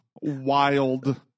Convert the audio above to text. Wild